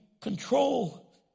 control